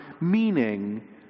meaning